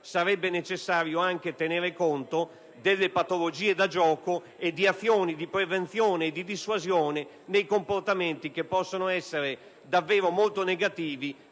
sarebbe necessario anche tenere conto delle patologie da gioco e di azioni di prevenzione e dissuasione di comportamenti che possono essere davvero molto negativi